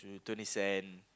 twenty cent